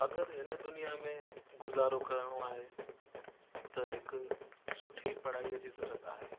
अगरि हिन दुनिया में गुज़ारो करिणो आहे त हिकु सुठी पढ़ाईअ जी ज़रूरत आहे